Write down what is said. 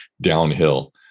downhill